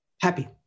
happy